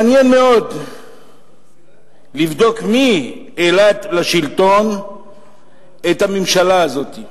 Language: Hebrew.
מעניין מאוד לבדוק מי העלה לשלטון את הממשלה הזאת.